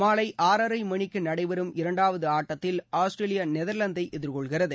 மாலை ஆறரை மணிக்கு நடைபெறும் இரண்டாவது ஆட்டத்தில் ஆஸ்திரேலியா நெதர்லாந்தை எதிர்கொள்கிறது